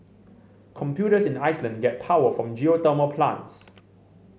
computers in Iceland get power from geothermal plants